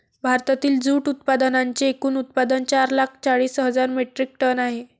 भारतातील जूट उत्पादनांचे एकूण उत्पादन चार लाख चाळीस हजार मेट्रिक टन आहे